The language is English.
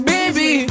Baby